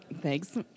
Thanks